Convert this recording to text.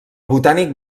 botànic